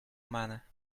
manner